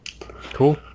cool